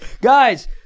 guys